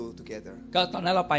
together